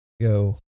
Go